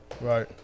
Right